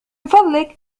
فضلك